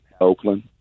Oakland